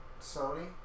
Sony